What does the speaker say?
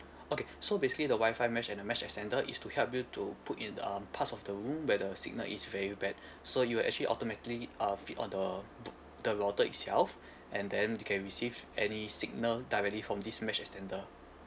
okay so basically the Wi-Fi mesh and the mesh extender is to help you to put in um parts of the room where the signal is very bad so it'll actually automatically uh fit all the tu~ the router itself and then you can receive any signal directly from this mesh extender